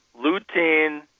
lutein